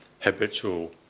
habitual